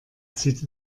zieht